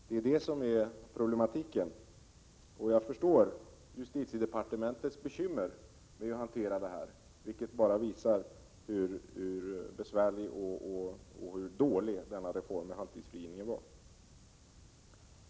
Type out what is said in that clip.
Det är det som är problematiken, och jag förstår justitiedepartementets bekymmer när det gäller att hantera den här frågan — vilket bara visar hur besvärlig och dålig denna reform med halvtidsfrigivning var.